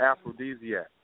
aphrodisiac